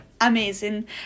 amazing